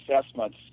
assessments